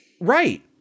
Right